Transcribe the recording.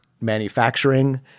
manufacturing